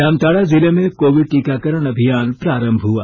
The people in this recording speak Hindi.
जामताड़ा जिले में कोविड टीकाकरण अभियान प्रारंभ हुआ